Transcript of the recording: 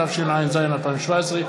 התשע"ז 2017,